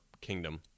Kingdom